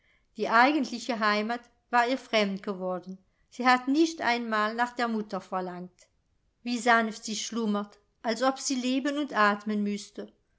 die eigentliche heimat war ihr fremd geworden sie hat nicht einmal nach der mutter verlangt wie sanft sie schlummert als ob sie leben und atmen müßte